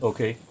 Okay